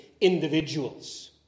individuals